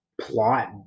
plot